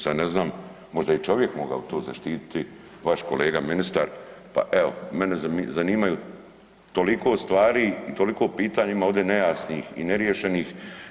Sad ne znam možda je i čovjek mogao to zaštititi vaš kolega ministar, pa evo mene zanimaju toliko stvari i toliko pitanja ima ovdje nejasnih i neriješenih.